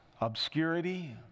obscurity